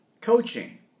coaching